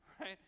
right